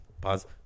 Pause